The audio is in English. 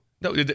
No